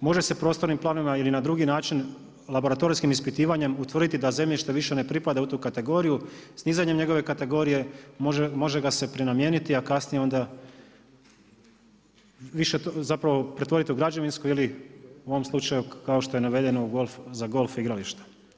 može se prostornim planovima ili na drugi način laboratorijskim ispitivanjem utvrditi da zemljište više ne pripada u tu kategoriju … njegove kategorije može ga se prenamijeniti, a kasnije onda pretvoriti u građevinsko ili u ovom slučaju kao što je navedeno za golf igrališta.